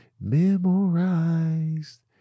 memorized